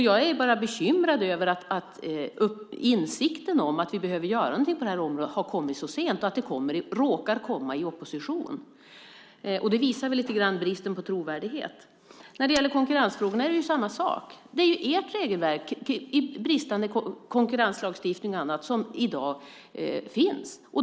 Jag är bara bekymrad över att insikten om att vi behöver göra någonting på det här området har kommit så sent och att det råkar komma i opposition. Det visar väl lite grann bristen på trovärdighet. När det gäller konkurrensfrågorna är det samma sak. Det är ert regelverk med bristande konkurrenslagstiftning och annat som i dag finns.